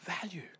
value